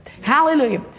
Hallelujah